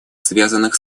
связанных